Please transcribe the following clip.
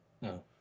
No